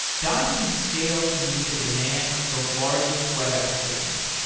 dyn can scale to meet the demand of the largest web applications.